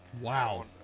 Wow